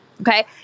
okay